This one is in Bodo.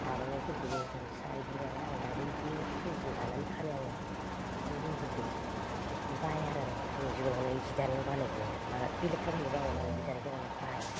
आर'नाय फोरखोबो गामसा इदि माबा आं दाबो इदिनो सम सम दानानै फानो आङो जि जोम फोरखो बाया आरो आं आंनि जिफोरखो जि दानायाव बानाय गैया बेलेग खामानि फोरखो बाब्लाबो आं माने जि दानायखो माने बाया